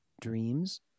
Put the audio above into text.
dreams